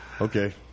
Okay